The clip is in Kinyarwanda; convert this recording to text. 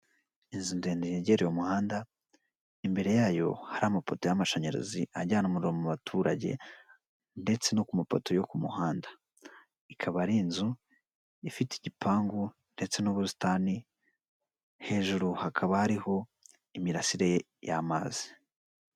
Umuntu uzamuye akaboko avugiramo mayikorofone, afashe ku idarapo ry'igihugu, afite umusatsi mwiza ushokoje yambaye ikositimu, yambaye ishati y'umweru birasa nkaho hari ibyo ari kurahirira.